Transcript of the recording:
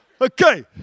Okay